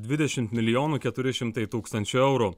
dvidešimt milijonų keturi šimtai tūkstančių eurų